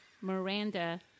Miranda